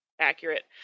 accurate